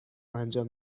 انجام